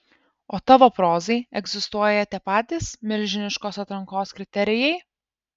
o tavo prozai egzistuoja tie patys milžiniškos atrankos kriterijai